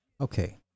Okay